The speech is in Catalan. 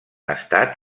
estat